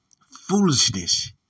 foolishness